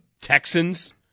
Texans